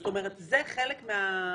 זאת אומרת, זה חלק מבעיה.